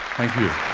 thank you.